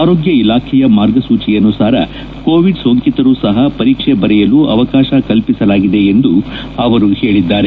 ಆರೋಗ್ನ ಇಲಾಖೆಯ ಮಾರ್ಗಸೂಚಿಯನುಸಾರ ಕೋವಿಡ್ ಸೋಂಕಿತರೂ ಸಹ ಪರೀಕ್ಷೆ ಬರೆಯಲು ಅವಕಾಶ ಕಲ್ಪಿಸಲಾಗಿದೆ ಎಂದು ಅವರು ಹೇಳಿದ್ದಾರೆ